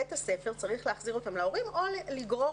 בית הספר צריך להחזיר אותם להורים או לגרור